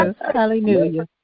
Hallelujah